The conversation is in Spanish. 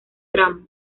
tramo